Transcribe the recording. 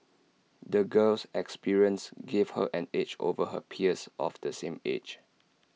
the girl's experiences gave her an edge over her peers of the same age